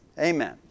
Amen